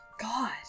God